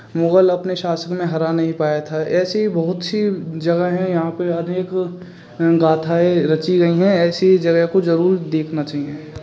मुगल अपने शासन में हरा नहीं पाया था ऐसी बहुत सी जगह हैं यहाँ पे आदमी को गाथाएँ रची गई हैं ऐसी जगह को जरूर देखना चाहिए